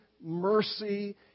mercy